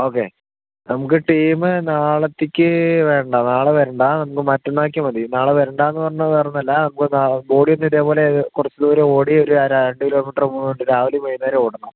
okay നമുക്ക് team നാളത്തേക്ക് വേണ്ട നാളെ വരണ്ട നമുക്ക് മറ്റന്നാളേയ്ക്ക് മതി നാളെ വരണ്ടായെന്ന് പറഞ്ഞത് വേറൊന്നും അല്ല നമുക്ക് എന്നാൽ ബോഡി ഒന്ന് ഇതേപോലെ കുറച്ചു ദൂരം ഓടി ഒര് രണ്ട് കിലോമീറ്റർ മൂന്ന് മിനുട്ട് രാവിലെയും വൈകുന്നേരവും ഓടണം